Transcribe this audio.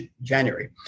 january